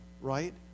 right